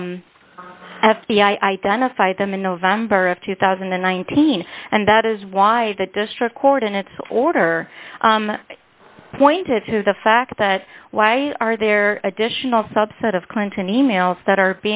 i identified them in november of two thousand and nineteen and that is why the district court in its order pointed to the fact that why are there additional subset of clinton e mails that are